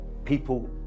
People